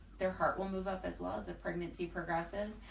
their heart will move up as loads of pregnancy progresses,